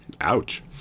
Ouch